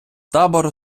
табору